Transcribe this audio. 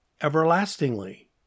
everlastingly